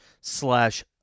Slash